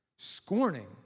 scorning